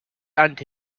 unto